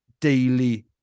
daily